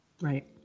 right